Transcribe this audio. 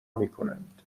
میکنند